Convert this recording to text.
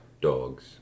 dogs